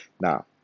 Now